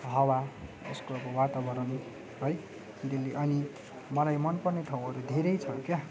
हावा यसको अब वातावरण है डेली अनि मलाई मनपर्ने ठाउँहरू धेरै छ क्या